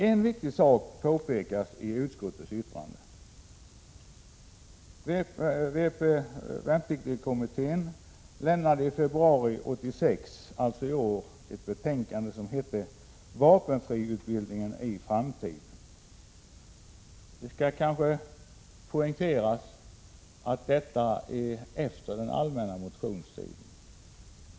En viktig sak påpekas i utskottsbetänkandet. Värnpliktskommittén lämnade i februari 1986 ett betänkande som hette Vapenfriutbildningen i framtiden. Det skall kanske poängteras att detta var efter den allmänna motionstiden.